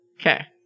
Okay